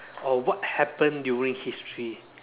or what happened during history